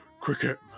Cricket